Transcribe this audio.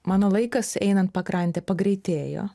mano laikas einant pakrante pagreitėjo